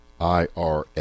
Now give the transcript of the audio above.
IRA